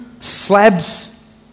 Slabs